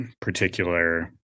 particular